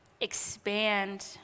expand